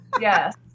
Yes